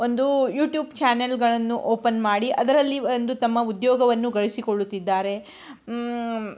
ಒಂದು ಯೂಟ್ಯೂಬ್ ಚಾನೆಲ್ಗಳನ್ನು ಓಪನ್ ಮಾಡಿ ಅದರಲ್ಲಿ ಒಂದು ತಮ್ಮ ಉದ್ಯೋಗವನ್ನು ಗಳಿಸಿಕೊಳ್ಳುತ್ತಿದ್ದಾರೆ